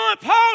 Paul